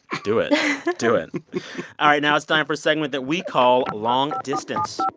and do it, do it all right. now, it's time for a segment that we call long distance